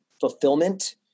fulfillment